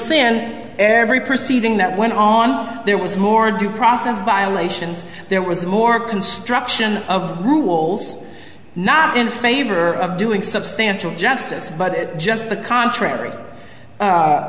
and every perceiving that went on there was more due process violations there was more construction of the rules not in favor of doing substantial justice but just the contrary